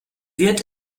wird